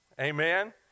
Amen